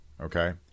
okay